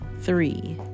Three